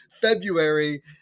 February